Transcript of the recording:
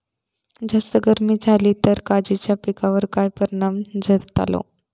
जास्त गर्मी जाली तर काजीच्या पीकार काय परिणाम जतालो?